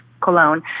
cologne